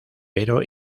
pero